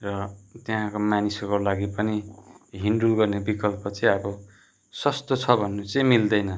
र त्यहाँको मानिसहरूको लागि पनि हिँडडुल गर्ने विकल्प चाहिँ अब सस्तो छ भन्नु चाहिँ मिल्दैन